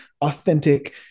authentic